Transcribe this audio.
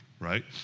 Right